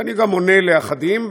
ואני גם עונה לאחדים.